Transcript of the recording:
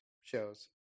shows